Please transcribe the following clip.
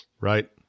Right